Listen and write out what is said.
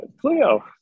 Cleo